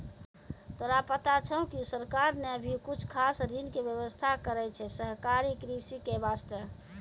तोरा पता छौं कि सरकार नॅ भी कुछ खास ऋण के व्यवस्था करनॅ छै सहकारी कृषि के वास्तॅ